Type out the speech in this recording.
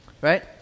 right